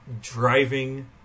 driving